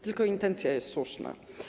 Tylko intencja jest słuszna.